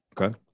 Okay